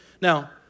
Now